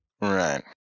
Right